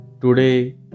Today